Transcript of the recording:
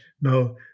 Now